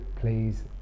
please